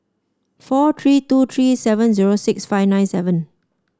four three two three seven zero six five nine seven